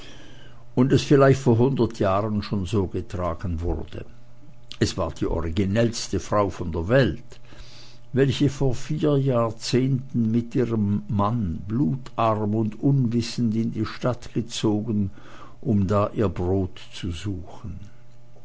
und es vielleicht vor hundert jahren schon so getragen wurde es war die originellste frau von der welt welche vor vier jahrzehnten mit ihrem manne blutarm und unwissend in die stadt gezogen um da ihr brot zu suchen